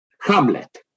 Hamlet